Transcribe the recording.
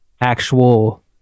actual